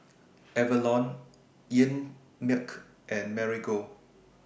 Avalon Einmilk and Marigold